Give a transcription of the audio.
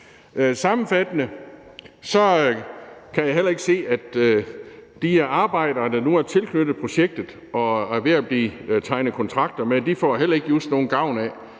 Sammenfattende kan jeg heller ikke se, at de arbejdere, der nu er tilknyttet projektet, og som der er ved at blive tegnet kontakter med, just får nogen gavn af